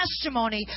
testimony